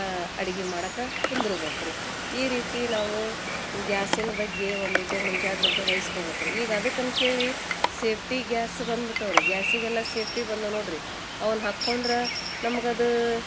ಅಡ್ಗೆ ಮಾಡಕ್ಕೆ ಕುಂದ್ರ್ಬೇಕು ರೀ ಈ ರೀತಿ ನಾವು ಗ್ಯಾಸಿನ ಬಗ್ಗೆ ಒಂದಿಷ್ಟು ಮುಂಜಾಗ್ರತೆ ವಹಿಸ್ಕೊಬೇಕ್ ರೀ ಈಗ ಅದಕ್ಕೆ ಅಂತ ಹೇಳಿ ಸೇಫ್ಟಿ ಗ್ಯಾಸ್ ಬನ್ಬಿಟ್ಟವೆ ರೀ ಗ್ಯಾಸಿಗೆಲ್ಲ ಸೇಫ್ಟಿ ಬಂದವೆ ನೋಡಿರಿ ಅವ್ನ ಹಾಕ್ಕೊಂಡ್ರೆ ನಮ್ಗೆ ಅದು